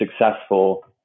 successful